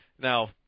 Now